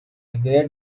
great